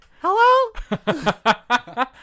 Hello